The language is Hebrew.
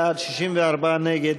46 בעד, 64 נגד,